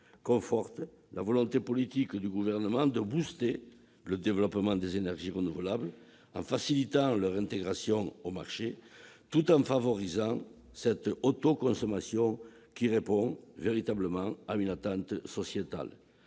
conforte la volonté politique du Gouvernement de doper le développement des énergies renouvelables en facilitant leur intégration au marché, tout en favorisant cette autoconsommation, qui répond véritablement à une attente sociétale.